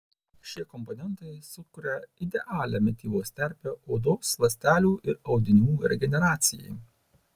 šie komponentai sukuria idealią mitybos terpę odos ląstelių ir audinių regeneracijai